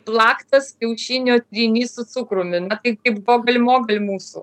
plaktas kiaušinio trynys su cukrumi na tai kaip gogel mogel mūsų